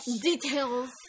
details